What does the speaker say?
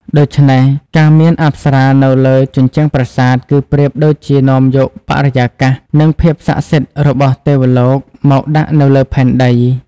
ដូច្នេះ ការមានអប្សរានៅលើជញ្ជាំងប្រាសាទ គឺប្រៀបដូចជានាំយកបរិយាកាស និងភាពស័ក្តិសិទ្ធិរបស់ទេវលោកមកដាក់នៅលើផែនដី។